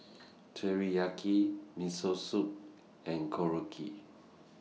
Teriyaki Miso Soup and Korokke